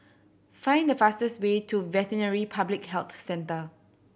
find the fastest way to Veterinary Public Health Centre